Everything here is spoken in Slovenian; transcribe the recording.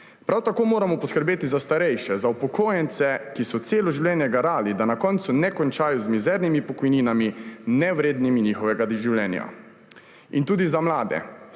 Prav tako moramo poskrbeti za starejše, za upokojence, ki so celo življenje garali, da na koncu ne končajo z mizernimi pokojninami, nevrednimi njihovega življenja. In tudi za mlade.